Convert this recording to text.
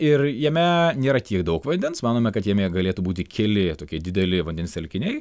ir jame nėra tiek daug vandens manome kad jame galėtų būti keli tokie dideli vandens telkiniai